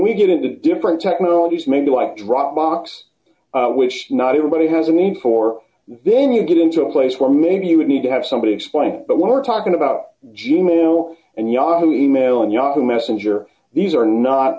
we get into different technologies maybe like dropbox wish not everybody has a need for then you get into a place where maybe we need to have somebody explain it but when we're talking about g mail and yahoo email and yahoo messenger these are not